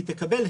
היא תקבל,